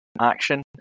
action